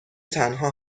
تنها